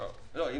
מוסדרת.